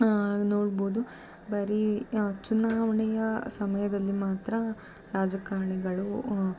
ನೋಡ್ಬೋದು ಬರೀ ಚುನಾವಣೆಯ ಸಮಯದಲ್ಲಿ ಮಾತ್ರ ರಾಜಕಾರಣಿಗಳು